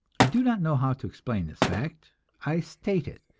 i do not know how to explain this fact i state it,